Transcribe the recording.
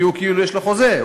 כי יש לו חוזה,